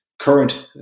current